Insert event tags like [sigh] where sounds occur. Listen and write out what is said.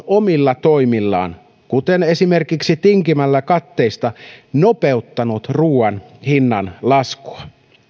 [unintelligible] omilla toimillaan kuten esimerkiksi tinkimällä katteista nopeuttanut ruuan hinnan laskua